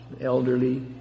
elderly